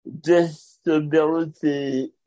disability